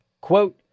quote